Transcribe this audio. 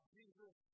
Jesus